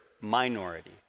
minority